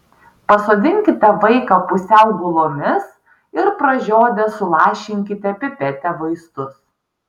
pasodinkite vaiką pusiau gulomis ir pražiodę sulašinkite pipete vaistus